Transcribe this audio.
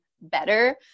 better